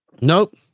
Nope